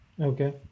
Okay